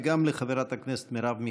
וגם לחברת הכנסת מרב מיכאלי.